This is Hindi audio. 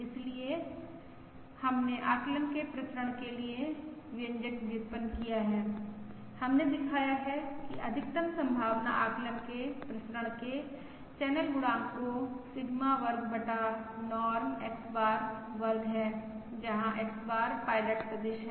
इसलिए हमने आकलन के प्रसरण के लिए व्यंजक व्युत्पन्न किया है हमने दिखाया है कि अधिकतम संभावना आकलन के प्रसरण के चैनल गुणांक को सिग्मा वर्ग बटा नॉर्म X बार वर्ग है जहां X बार पायलट सदिश है